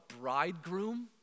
bridegroom